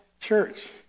church